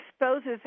exposes